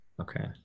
okay